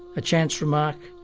a chance remark,